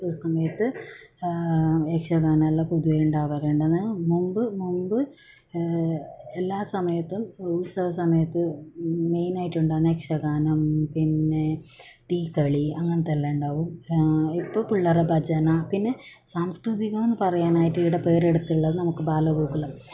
സമയത്ത് യക്ഷഗാനം എല്ലാം പൊതുവെ ഉണ്ടാവാറുണ്ട് എന്നാൽ മുൻപ് മുൻപ് എല്ലാ സമയത്തും ഉത്സവസമയത്ത് മെയിൻ ആയിട്ട് ഉണ്ടാകുന്ന യക്ഷഗാനം പിന്നെ തീക്കളി അങ്ങനത്തെ എല്ലാം ഉണ്ടാകും ഇപ്പോൾ പിള്ളേരെ ഭജന പിന്നെ സാംസ്കൃതികം എന്ന് പറയാനായിട്ട് ഇവിടെ പേരെടുത്തുള്ളത് നമുക്ക് ബാലഗോകുലം